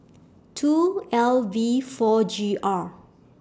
two L V four G R